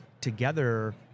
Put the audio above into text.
together